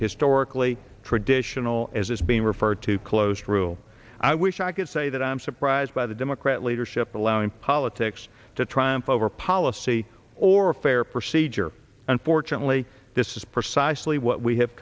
historically traditional as it's being referred to closed rule i wish i could say that i'm surprised by the democrat leadership allowing politics to triumph over policy or fair seizure unfortunately this is precisely what we have